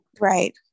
Right